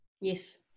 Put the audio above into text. Yes